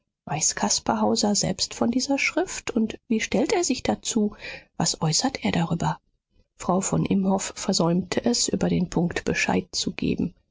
weiß caspar hauser selbst von dieser schrift und wie stellt er sich dazu was äußert er darüber frau von imhoff versäumte es über den punkt bescheid zu geben